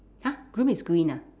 !huh! groom is green ah